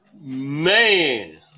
Man